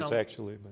actually. but